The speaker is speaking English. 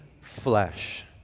flesh